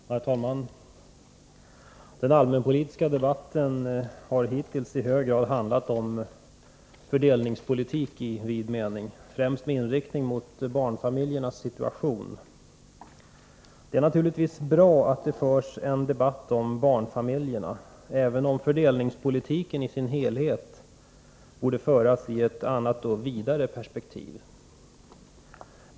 Herr talman! Den allmänpolitiska debatten har hittills i hög grad handlat om fördelningspolitik i vid mening, främst med inriktning mot barnfamiljernas situation. Det är naturligtvis bra att det förs en debatt om barnfamiljerna, även om diskussionerna om fördelningspolitiken i sin helhet borde föras i ett annat och vidare perspektiv.